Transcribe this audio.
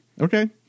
Okay